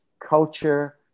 culture